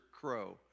crow